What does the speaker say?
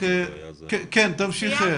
תמשיך.